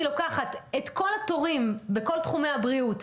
לוקחת את כל התורים בכל תחומי הבריאות,